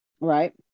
Right